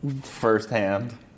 firsthand